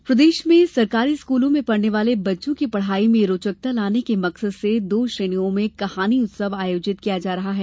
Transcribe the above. कहानी उत्सव प्रदेश में सरकारी स्कूलों में पढ़ने वाले बच्चों की पढ़ाई में रोचकता लाने के मकसद से दो श्रेणियों में कहानी उत्सव आयोजित किया जा रहा है